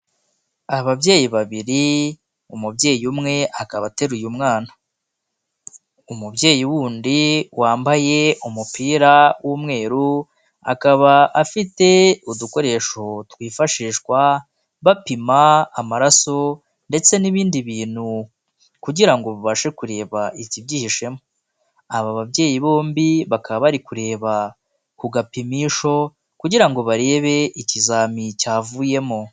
Ababyeyi babiri umubyeyi umweba akaba ateruye umwana, umubyeyi wundi wambaye umupira w'umweru akaba afite udukoresho twifashishwa bapima amaraso ndetse n'ibindi bintu kugira ngo babashe kureba ikibyihishemo, aba babyeyi bombi bakaba bari kureba ku gapimisho kugira ngo barebe ikizami cyavuyemo.